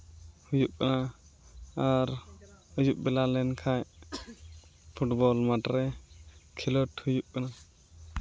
ᱦᱩᱭᱩᱜᱼᱟ ᱟᱨ ᱟᱹᱭᱩᱵ ᱵᱮᱞᱟ ᱞᱮᱱᱠᱷᱟᱡ ᱯᱷᱩᱴᱵᱚᱞ ᱢᱟᱴᱷ ᱨᱮ ᱠᱷᱮᱞᱳᱰ ᱦᱩᱭᱩᱜ ᱠᱟᱱᱟ